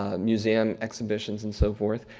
ah museum exhibitions and so forth,